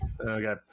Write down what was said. Okay